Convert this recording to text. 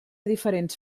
diferents